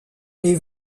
les